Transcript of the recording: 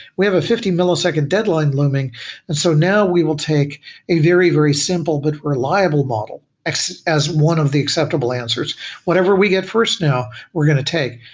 we have a fifty millisecond deadline looming and so now we will take a very, very simple but reliable model as one of the acceptable answers whatever we get first now, we're going to take.